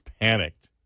panicked